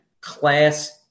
class